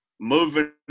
Moving